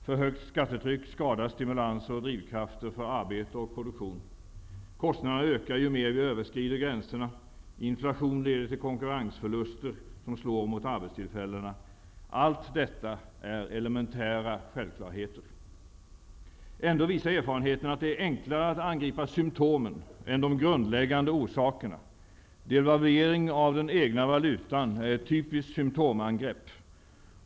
För högt skattetryck skadar stimulanser och drivkrafter för arbete och produktion. Kostnaderna ökar ju mer vi överskrider gränserna. Inflation leder till konkurrensförluster som slår mot arbetstillfällena. Allt detta är elementära självklarheter. Ändå visar erfarenheterna att det är enklare att angripa symtomen än de grundläggande orsakerna. Devalvering av den egna valutan är ett typiskt symtomangrepp.